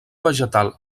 vegetal